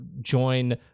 join